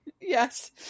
Yes